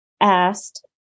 asked